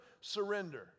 surrender